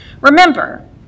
Remember